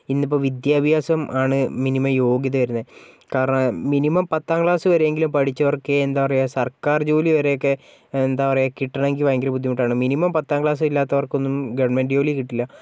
ഇന്നിപ്പോൾ വിദ്യാഭ്യാസം ആണ് മിനിമം യോഗ്യത വരുന്നത് കാരണം മിനിമം പത്താം ക്ലാസ്സ് വരെയെങ്കിലും പഠിച്ചവർക്കേ എന്താ പറയുക സർക്കാർ ജോലിവരെയൊക്കെ എന്താ പറയുക കിട്ടണമെങ്കിൽ ഭയങ്കര ബുദ്ധിമുട്ടാണ് മിനിമം പത്താം ക്ലാസ്സ് ഇല്ലാത്തവർക്കൊന്നും ഗവൺമെൻ്റ് ജോലി കിട്ടില്ല